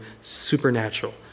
supernatural